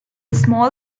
small